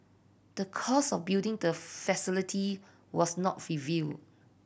the cost of building the facility was not revealed